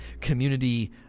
community